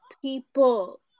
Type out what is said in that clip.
people